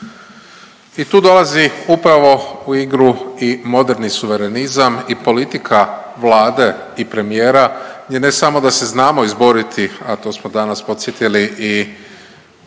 I tu dolazi upravo u igru i moderni suverenizam i politika Vlade i premijera jer ne samo da se znamo izboriti, a to smo danas podsjetili i